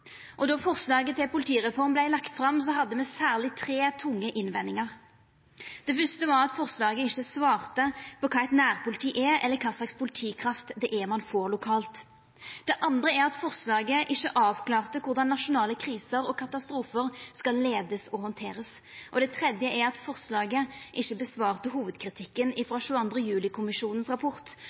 Og då forslaget til politireform vart lagt fram, hadde me særleg tre tunge innvendingar. Det fyrste var at forslaget ikkje svarte på kva eit nærpoliti er, eller kva slags politikraft ein får lokalt. Det andre er at forslaget ikkje avklarte korleis nasjonale kriser og katastrofar skal leiast og handterast. Det tredje er at forslaget ikkje svara på hovudkritikken frå 22. juli-kommisjonen sin rapport,